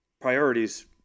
priorities